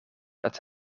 dat